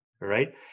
right